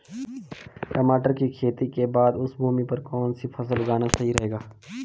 टमाटर की खेती के बाद उस भूमि पर कौन सी फसल उगाना सही रहेगा?